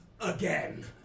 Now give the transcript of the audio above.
again